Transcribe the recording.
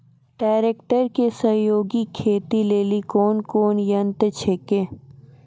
Tractor के सहयोगी खेती लेली कोन कोन यंत्र छेकै?